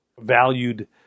valued